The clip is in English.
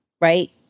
right